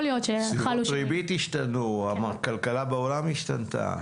הריבית השתנתה, הכלכלה בעולם השתנתה.